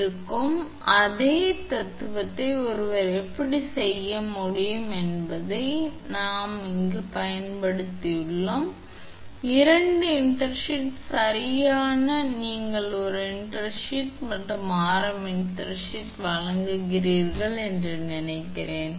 எனவே அதே தத்துவத்தை ஒருவர் எப்படிச் செய்ய முடியும் என்பதை நாங்கள் அங்கு பயன்படுத்துவோம் இரண்டு இன்டர்ஷீட் சரியாக நீங்கள் ஒரு இன்டர்ஷீத் மற்றும் ஆரம் இன்டர்ஷீத் வழங்கினீர்கள் என்று நினைக்கிறேன்